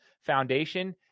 foundation